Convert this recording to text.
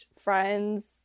friends